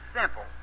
simple